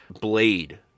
blade